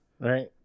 Right